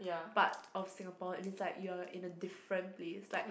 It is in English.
part of Singapore and it's like you are in a different place like